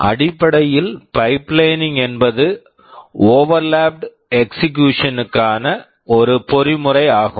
அடிப்படையில் pipelining pipelining என்பது overlapped overlapped execution execution க்கான ஒரு பொறிமுறை ஆகும்